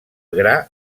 gra